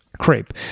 crepe